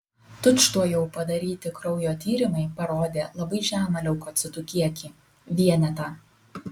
tučtuojau padaryti kraujo tyrimai parodė labai žemą leukocitų kiekį vienetą